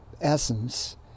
essence